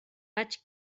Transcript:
vaig